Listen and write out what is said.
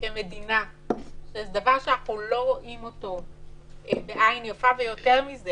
כמדינה שזה דבר שאנחנו לא רואים אותו בעין יפה ויותר מזה